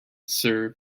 serve